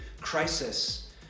crisis